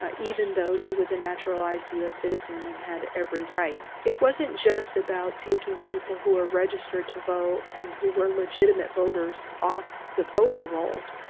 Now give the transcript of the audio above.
ah even though she was a naturalized u s. citizen and had every right. it wasn't just about taking people who were registered to vote and who were legitimate voters off the voter rolls.